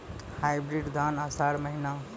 Hybrid धान आषाढ़ महीना?